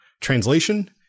Translation